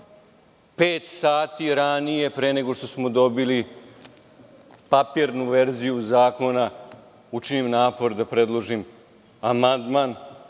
pet sati ranije pre nego što smo dobili papirnu verziju zakona učinim napor da predložim amandman,